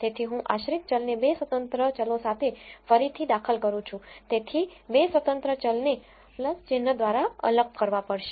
તેથી હું આશ્રિત ચલને 2 સ્વતંત્ર ચલો સાથે ફરીથી દાખલ કરું છું તેથી 2 સ્વતંત્ર ચલને ચિન્હ દ્વારા અલગ કરવા પડશે